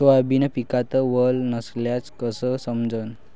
Soybean पिकात वल नसल्याचं कस समजन?